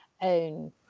own